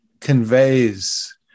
conveys